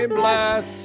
bless